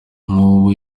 nk’ubu